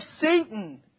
Satan